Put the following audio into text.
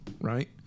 right